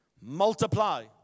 Multiply